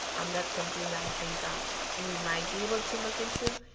um that's something that i think um we might be able to look in to.